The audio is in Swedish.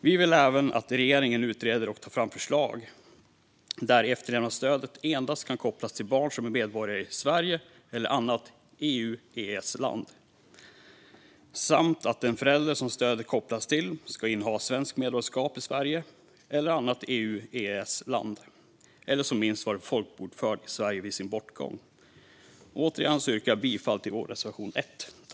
Vi vill även att regeringen utreder och tar fram ett förslag där efterlevandestödet endast kan kopplas till barn som är medborgare i Sverige eller annat EU eller EES-land samt att den förälder som stödet kopplas till ska inneha svenskt medborgarskap i Sverige eller annat EU eller EES-land eller som minst ha varit folkbokförd i Sverige vid sin bortgång. Återigen yrkar jag bifall till vår reservation 1.